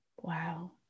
Wow